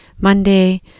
Monday